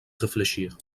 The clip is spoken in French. réfléchir